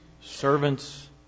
servants